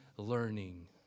learning